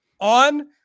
on